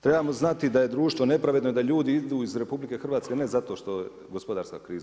Trebamo znati da je društvo nepravedno i da ljudi idu iz RH ne zato što je gospodarska kriza.